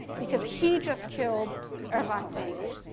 because he just killed ah hrant dink.